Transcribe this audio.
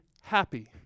happy